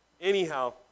Anyhow